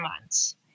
months